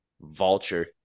vulture –